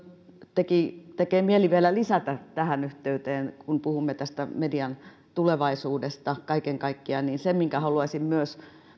minun tekee mieli vielä lisätä tähän yhteyteen kun puhumme median tulevaisuudesta kaiken kaikkiaan että se minkä haluaisin myös